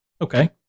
Okay